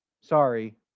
Sorry